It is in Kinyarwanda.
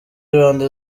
rwanda